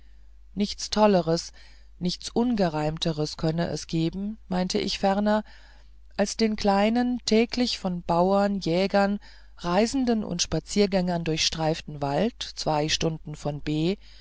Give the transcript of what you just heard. nichts tolleres nichts ungereimteres könne es geben meinte ich ferner als den kleinen täglich von bauern jägern reisenden und spaziergängern durchstreiften wald zwei stunden von b